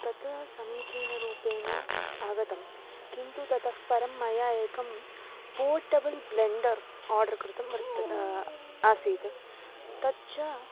तत् समीचीनरूपेण आगतं किन्तु ततःपरं मया एकं पोटबल् ब्लेन्डर् आर्ड्र् कृतं वर्तते असीत् तच्च